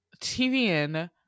tvn